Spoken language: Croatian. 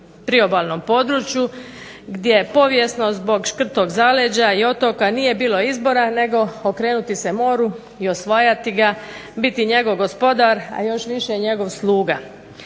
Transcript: priobalnom području gdje povijesno zbog škrtog zaleđa i otoka nije bilo izbora nego okrenuti se moru i osvajati ga, biti njegov gospodar, a još više njegov sluga.